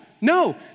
no